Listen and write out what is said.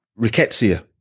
rickettsia